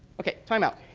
okay time out.